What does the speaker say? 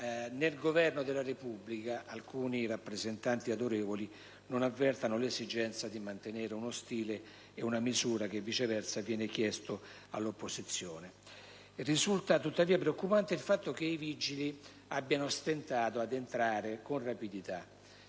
nel Governo della Repubblica alcuni autorevoli rappresentanti non avvertono l'esigenza di mantenere uno stile e una misura che, viceversa, vengono chiesti all'opposizione. Risulta tuttavia preoccupante il fatto che i Vigili del fuoco abbiano stentato ad intervenire con rapidità.